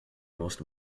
most